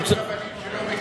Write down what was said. מה עם רבנים שלא,